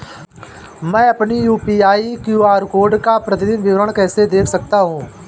मैं अपनी UPI QR code का प्रतीदीन विवरण कैसे देख सकता हूँ?